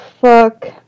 fuck